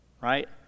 right